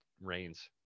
rains